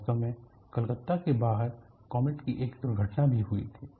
वास्तव में कलकत्ता से बाहर कॉमेट की एक दुर्घटना भी हुई थी